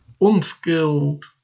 Unskilled